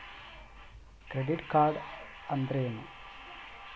Credit card ಅಂದ್ರೇನು?